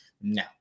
No